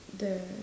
the